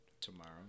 tomorrow